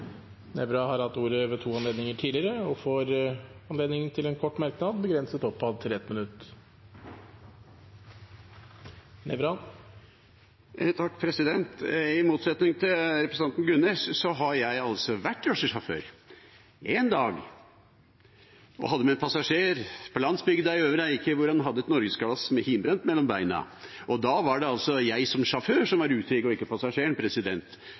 har hatt ordet to ganger tidligere og får ordet til en kort merknad, begrenset til 1 minutt. I motsetning til representanten Gunnes har jeg altså vært drosjesjåfør, én dag, og hadde med en passasjer på landsbygda i Øvre Eiker, og han hadde et norgesglass med hjemmebrent mellom beina. Og da var det altså jeg som sjåfør som var utrygg, og ikke passasjeren.